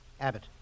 Abbott